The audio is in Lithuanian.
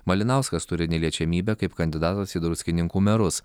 malinauskas turi neliečiamybę kaip kandidatas į druskininkų merus